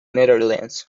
netherlands